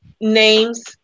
names